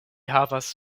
havis